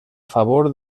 favor